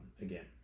again